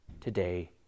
today